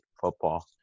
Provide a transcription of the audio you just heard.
football